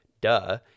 duh